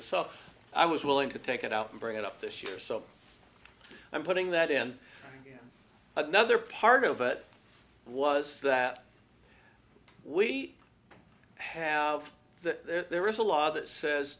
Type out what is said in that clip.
so i was willing to take it out and bring it up this year so i'm putting that in another part of it was that we have that there is a law that says